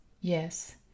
Yes